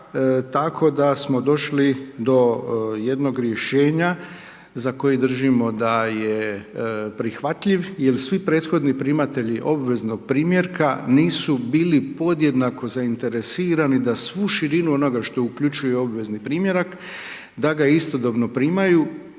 tako da smo došli do jednog rješenja, za koji držimo da je prihvatljiv jer svi prethodni primateljii obveznog primjerka, nisu bili podjednako zainteresirani, da svu širinu onoga što uključuje obvezni primjerak da ga istodobno primaju